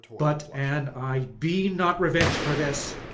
but, an i be not revenged for this,